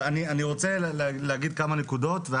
אבל אני רוצה להגיד כמה נקודות.